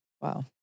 Wow